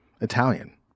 Italian